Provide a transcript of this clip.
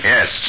Yes